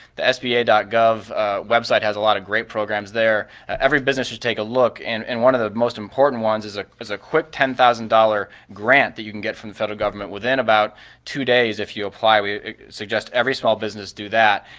the sba gov website has a lot of great programs there. every business should take a look and and one of the most important ones is ah is a quick ten thousand dollars grant that you can get from the federal government within about two days if you apply. we suggest every small business do that.